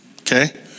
Okay